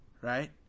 Right